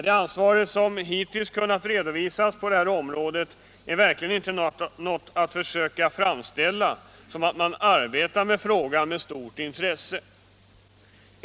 Det som hittills kunnat redovisas på detta område är verkligen inte något att försöka framställa som att man arbetar i frågan med stort intresse.